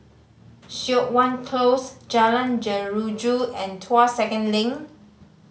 Siok Wan Close Jalan Jeruju and Tuas Second Link